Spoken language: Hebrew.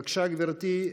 בבקשה, גברתי.